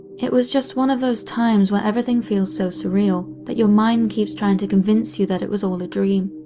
it was one of those times where everything feels so surreal, that your mind keeps trying to convince you that it was all a dream.